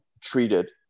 treated